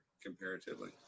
comparatively